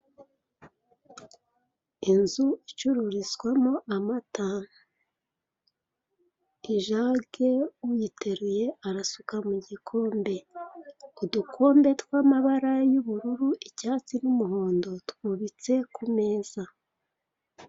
Inzu icururizwamo amata ijage uyiteruye arasuka mu gikombe. Udukombe tw'amabara y'ubururu icyatsi n'umuhondo, twubitse ku meza.